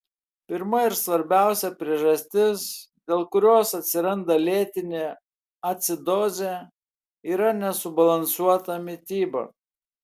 pirma ir svarbiausia priežastis dėl kurios atsiranda lėtinė acidozė yra nesubalansuota mityba